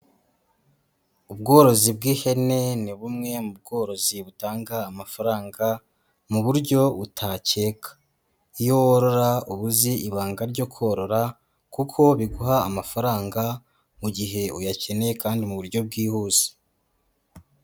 Ubworozi bw'ihene ni bumwe mu bworozi butanga amafaranga mu buryo utakeka, iyo worora uba uzi ibanga ryo korora, kuko biguha amafaranga mu gihe uyakeneye kandi mu buryo bwihuse.